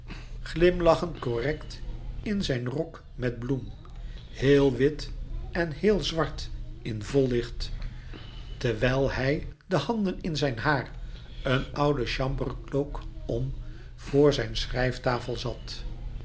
glimlachend correct in zijn rok met bloem heel wit en heel zwart in vol licht terwijl hij de handen in zijn haar een ouden chamber cloak om voor zijn schrijftafel zat